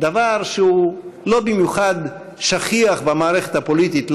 דבר שהוא לא במיוחד שכיח במערכת הפוליטית,